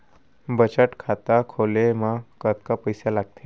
बचत खाता खोले मा कतका पइसा लागथे?